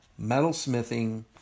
metalsmithing